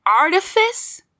artifice